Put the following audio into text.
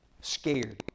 Scared